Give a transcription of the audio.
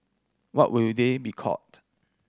what would they be called